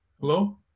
hello